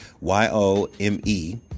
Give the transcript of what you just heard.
Y-O-M-E